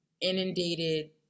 inundated